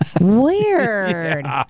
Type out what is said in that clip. Weird